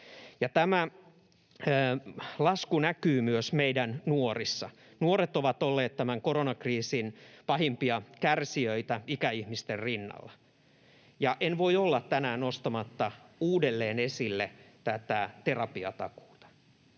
tämä lasku näkyy myös meidän nuorissa. Nuoret ovat olleet tämän koronakriisin pahimpia kärsijöitä ikäihmisten rinnalla. Ja en voi olla tänään nostamatta uudelleen esille tätä terapiatakuuta.